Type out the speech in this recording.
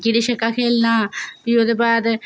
चिड़ी छिक्का खेल्लना प्ही ओह्दे बाद